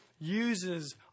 uses